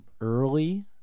early